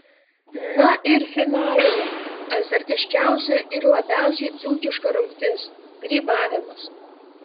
na ir finalinė azartiškiausia ir labiausiai dzūkiška rungtis grybavimas